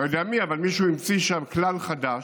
לא יודע מי, אבל מישהו המציא שם כלל חדש,